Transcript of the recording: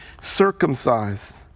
circumcised